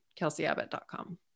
kelseyabbott.com